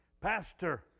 Pastor